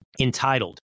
entitled